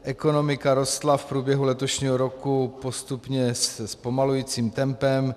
Ekonomika rostla v průběhu letošního roku postupně se zpomalujícím tempem.